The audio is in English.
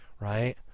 right